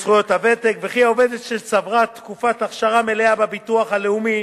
וכי עובדת שצברה תקופת אכשרה מלאה בביטוח הלאומי